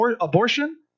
abortion